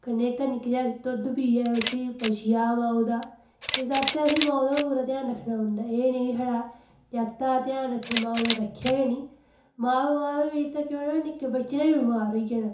कन्नै जेह्का निक्का जागत दुद्ध पियै उसी पची जा माऊ दा इस आस्तै असेंगी माऊ दा बी पूरा ध्यान रक्खना पौंदा ऐ एह् नि छड़ा जागता दा ध्यान रक्खेआ माऊ दा रक्खेआ गै नि मां बमार होई तां केह् होना निक्के बच्चे ने बी बमार होई जाना